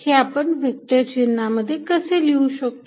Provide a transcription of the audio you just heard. हे आपण व्हेक्टर चिन्हांमध्ये कसे लिहू शकतो